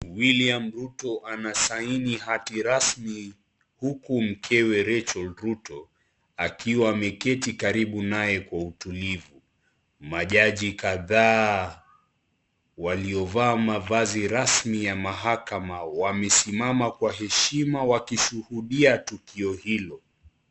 William Ruto anasaini hati rasmi huku mkewe Rachael Ruto akiwa ameketi karibu naye kwa utulivu majaji kadhaa waliovaa mavazi rasmi ya mahakama wamesimama kwa heshima wakishuhudia tukio hilo.